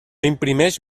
imprimeix